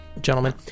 gentlemen